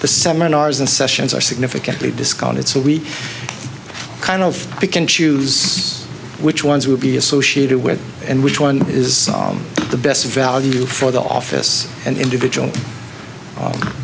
the seminars and sessions are significantly discounted so we kind of pick and choose which ones will be associated with and which one is the best value for the office and individual